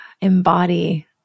embody